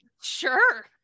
sure